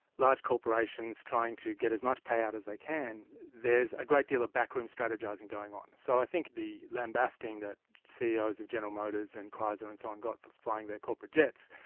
large corporations trying to get as much payout as they can, there's a great deal of back-room strategising going on. so i think the lambasting that ceos of general motors and chrysler and so on got for flying their corporate jets,